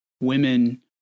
women